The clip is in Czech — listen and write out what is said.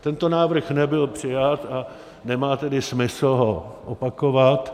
Tento návrh nebyl přijat, a nemá tedy smysl ho opakovat.